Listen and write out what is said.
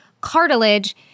cartilage